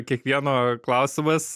kiekvieno klausimas